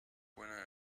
winner